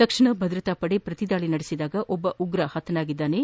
ತಕ್ಷಣ ಭದ್ರತಾ ಪಡೆ ಪ್ರತಿ ದಾಳಿ ನಡೆಸಿದಾಗ ಓರ್ವ ಉಗ್ರ ಹತನಾಗಿದ್ದಾನೆ